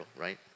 right